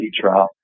trial